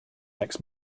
next